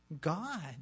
God